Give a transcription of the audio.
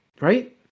Right